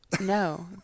no